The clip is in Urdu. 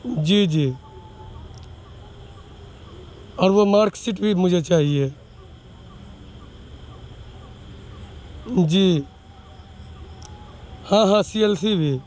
جی جی اور وہ مارکشیٹ بھی مجھے چاہیے جی ہاں ہاں سی ایل سی بھی